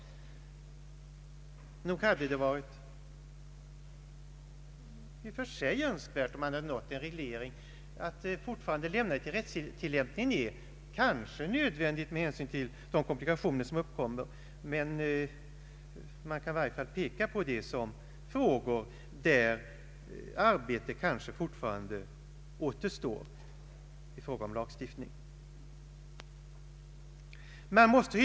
Nog hade det varit i och för sig önskvärt om man härvidlag hade nått en reglering. Nu lämnas dessa frågor till rättstillämpningen.